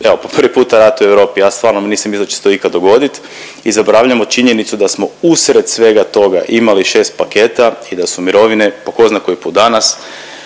evo po prvi puta rat u Europi, ja stvarno nisam mislio da će se to ikad dogodit i zaboravljamo činjenicu da smo usred svega toga imali 6 paketa i da su mirovine po ko zna koji put danas